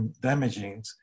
damaging